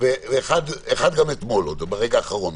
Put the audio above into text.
אחד אתמול, ברגע האחרון.